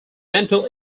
mental